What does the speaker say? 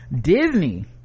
Disney